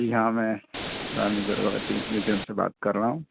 जी हाँ मैं रानी दुर्गावती जितेंद्र से बात कर रहा हूँ